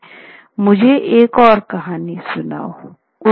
" मुझे एक और कहानी सुनाओ "